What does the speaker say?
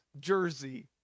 jersey